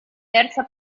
terza